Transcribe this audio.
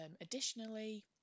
Additionally